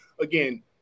again